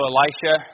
Elisha